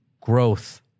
growth